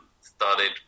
started